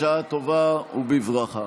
בשעה טובה ובברכה.